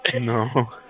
No